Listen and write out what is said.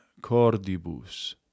cordibus